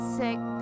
sick